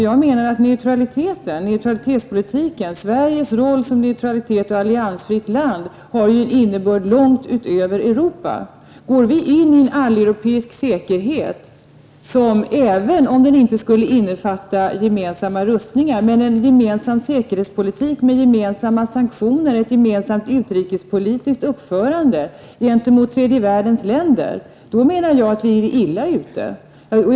Jag menar att neutralitetspolitiken och Sveriges roll som neutralt och alliansfritt land har en innebörd långt utanför Europa. Går vi in i ett alleuropeiskt säkerhetssystem, som även om det inte skulle innefatta gemensamma rustningar innebär en gemensam säkerhetspolitik med gemensamma sanktioner, ett gemensamt utrikespolitiskt uppförande gentemot tredje världen, menar jag att vi är illa ute.